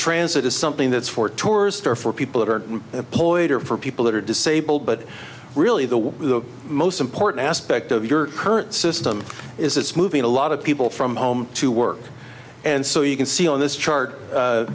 transit is something that's for tourists or for people who are employed or for people that are disabled but really the most important aspect of your current system is it's moving a lot of people from home to work and so you can see on this chart